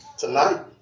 Tonight